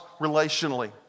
relationally